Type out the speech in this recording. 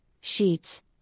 Sheets